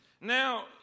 Now